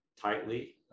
tightly